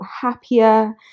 happier